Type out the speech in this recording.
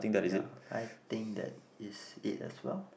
ya I think that is it as well